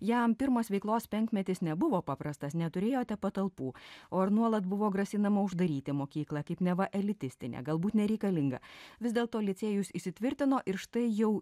jam pirmas veiklos penkmetis nebuvo paprastas neturėjote patalpų o ir nuolat buvo grasinama uždaryti mokyklą kaip neva elitistinę galbūt nereikalingą vis dėlto licėjus įsitvirtino ir štai jau